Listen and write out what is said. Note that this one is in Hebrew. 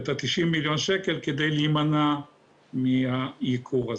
את ה-90 מיליון שקל, כדי להימנע מהייקור הזה.